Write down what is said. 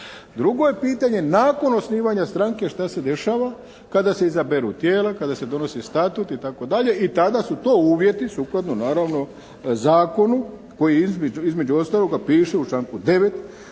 Drugo je pitanje nakon osnivanja stranke šta se dešava kada se izaberu tijela, kada se donosi statut itd. i tada su to uvjeti sukladno naravno zakonu koji između ostaloga piše u članku 9.